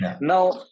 Now